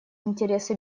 интересы